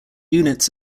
units